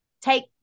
take